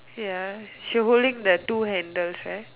ya she holding that two handles right